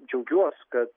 džiaugiuos kad